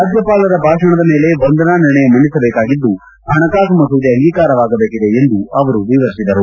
ರಾಜ್ಯಪಾಲರ ಭಾಷಣದ ಮೇಲೆ ವಂದನಾ ನಿರ್ಣಯ ಮಂಡಿಸಬೇಕಾಗಿದ್ದು ಹಣಕಾಸು ಮಸೂದೆ ಅಂಗೀಕಾರವಾಗಬೇಕಿದೆ ಎಂದು ವಿವರಿಸಿದರು